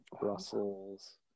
Brussels